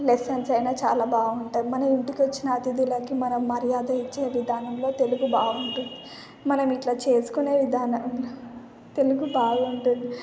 lessons అయినా చాలా బాగుంటాయి మనం ఇంటికి వచ్చిన అతిధులకి మనం మర్యాద ఇచ్చే విధానంలో తెలుగు బాగుంటుంది మనం ఇలా చేసుకునే విధానం తెలుగు బాగుంటుంది